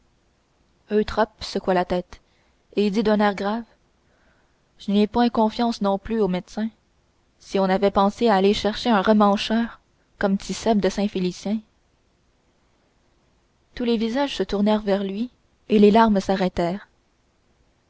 eutrope secoua la tête et dit d'un air grave je n'y ai point confiance non plus aux médecins si on avait pensé à aller chercher un remmancheur comme tit'sèbe de saint félicien tous les visages se tournèrent vers lui et les larmes s'arrêtèrent